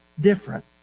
different